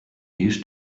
used